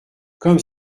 comme